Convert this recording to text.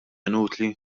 inutli